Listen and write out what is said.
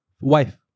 Wife